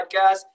podcast